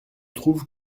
trouve